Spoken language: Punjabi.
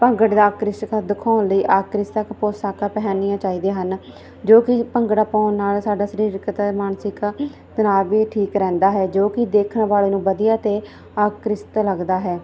ਭੰਗੜੇ ਦਾ ਆਕਰਸ਼ਨ ਦਿਖਾਉਣ ਲਈ ਆਕਰਸ਼ਿਕ ਪੌਸ਼ਾਕਾਂ ਪਹਿਨਣੀਆਂ ਚਾਹੀਦੀਆਂ ਹਨ ਜੋ ਕਿ ਭੰਗੜਾ ਪਾਉਣ ਨਾਲ ਸਾਡਾ ਸਰੀਰਿਕ ਅਤੇ ਮਾਨਸਿਕ ਤਣਾਅ ਵੀ ਠੀਕ ਰਹਿੰਦਾ ਹੈ ਜੋ ਕਿ ਦੇਖਣ ਵਾਲੇ ਨੂੰ ਵਧੀਆ ਅਤੇ ਆਕਰਸ਼ਿਕ ਲੱਗਦਾ ਹੈ